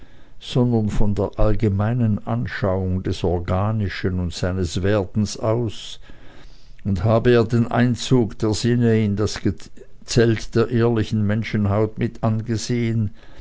sondern von der allgemeinen anschauung des organischen und seines werdens aus und habe er den einzug der sinne in das gezelt der ehrlichen menschenhaut mit angesehen